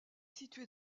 située